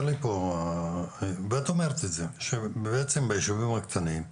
את אומרת שבעצם ביישובים הקטנים,